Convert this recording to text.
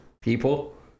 People